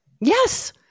Yes